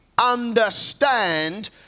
Understand